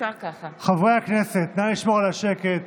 חברי הכנסת, נא לשמור על השקט.